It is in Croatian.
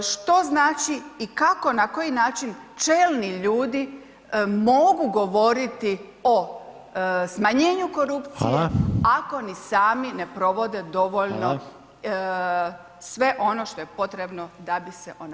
Što znači i kako, na koji način čelni ljudi mogu govoriti o smanjenju korupcije ako ni sami ne provode dovoljno sve ono što je potrebno da bi se ona smanjila.